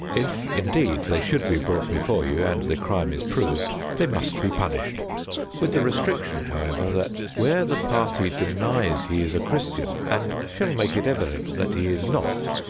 if indeed they should be brought before you, and the crime is proved, they must be punished with the restriction, however, that where the party denies he is a christian, and shall make it evident that he is not,